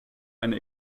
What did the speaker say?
eine